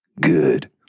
good